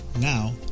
Now